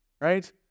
Right